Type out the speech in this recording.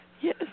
Yes